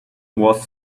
was